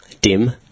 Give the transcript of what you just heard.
Dim